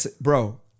Bro